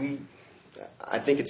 we i think it's